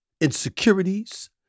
insecurities